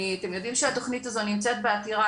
אתם יודעים שהתכנית הזאת נמצאת בעתירה,